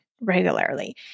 Regularly